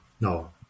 no